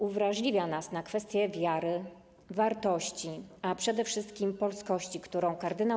Uwrażliwia nas na kwestie wiary, wartości, a przede wszystkim polskości, którą kard.